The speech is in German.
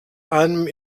einem